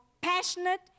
passionate